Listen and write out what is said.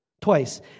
Twice